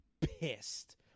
pissed